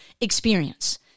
experience